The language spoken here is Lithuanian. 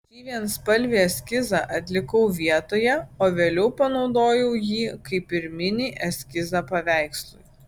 šį vienspalvį eskizą atlikau vietoje o vėliau panaudojau jį kaip pirminį eskizą paveikslui